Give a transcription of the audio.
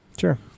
Sure